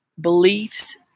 beliefs